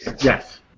Yes